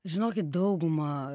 žinokit dauguma